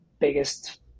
biggest